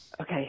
Okay